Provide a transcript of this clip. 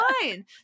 fine